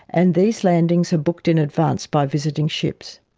and these landings are booked in advance by visiting ships.